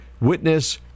witness